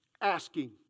asking